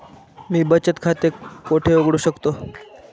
मी बचत खाते कोठे उघडू शकतो?